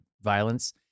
violence